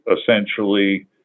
essentially